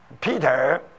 Peter